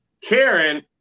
Karen